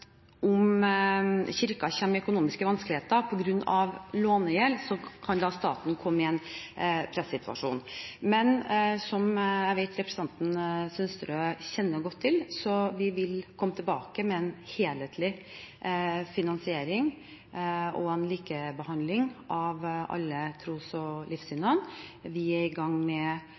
økonomiske vanskeligheter på grunn av lånegjeld, kan staten komme i en pressituasjon. Men vi vil – som jeg vet representanten Sønsterud kjenner godt til – komme tilbake med en helhetlig finansiering og en likebehandling av alle tros- og livssynssamfunnene. Vi er i gang med